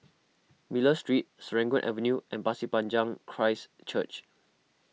Miller Street Serangoon Avenue and Pasir Panjang Christ Church